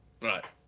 Right